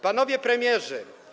Panowie Premierzy!